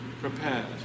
prepared